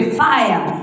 fire